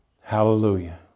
Hallelujah